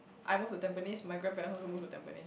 I move to Tampines my girlfriend also move to Tampines